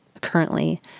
currently